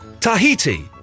Tahiti